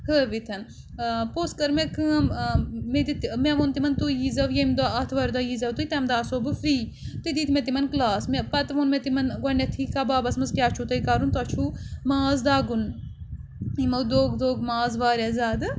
ہٲوِتھ پوٚتُس کٔر مےٚ کٲم مےٚ دِتۍ مےٚ ووٚن تِمَن تُہۍ ییٖزیو ییٚمہِ دۄہ آتھوارِ دۄہ ییٖزیو تُہۍ تَمہِ دۄہ آسو بہٕ فِرٛی تہٕ دِتۍ مےٚ تِمَن کٕلاس مےٚ پَتہٕ ووٚن مےٚ تِمَن گۄڈنٮ۪تھٕے کَبابَس منٛز کیٛاہ چھُو تۄہہِ کَرُن تۄہہِ چھُو ماز دَگُن یِمو دوٚگ دوٚگ ماز واریاہ زیادٕ